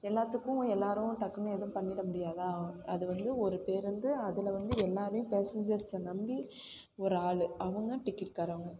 எல்லாத்துக்கும் எல்லோரும் டக்குன்னு எதுவும் பண்ணிவிட முடியாது அது வந்து ஒரு பேருந்து அதில் வந்து எல்லோரையும் பேசஞ்சர்ஸை நம்பி ஒரு ஆள் அவங்க டிக்கெட்காரங்க